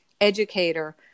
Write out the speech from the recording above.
educator